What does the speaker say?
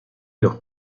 los